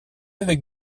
avec